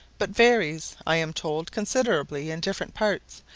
but varies, i am told, considerably in different parts,